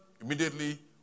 immediately